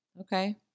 Okay